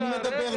אני מדבר,